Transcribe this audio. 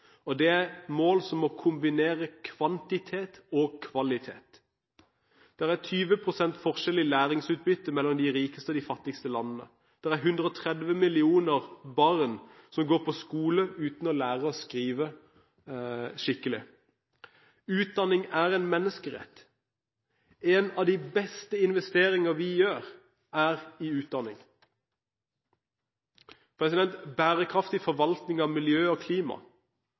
Det er mål som må kombinere kvantitet og kvalitet. Det er 20 pst. forskjell i læringsutbyttet mellom de rikeste og de fattigste landene. Det er 130 millioner barn som går på skole uten å lære å skrive skikkelig. Utdanning er en menneskerett. En av de beste investeringer vi gjør, er i utdanning. Bærekraftig forvaltning av miljø og klima